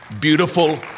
Beautiful